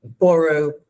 borrow